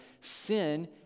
sin